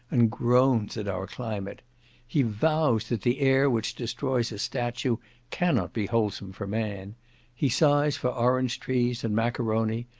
and groans at our climate he vows that the air which destroys a statue cannot be wholesome for man he sighs for orange trees, and maccaroni,